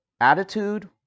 attitude